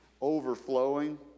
overflowing